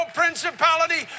principality